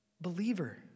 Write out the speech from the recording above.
Believer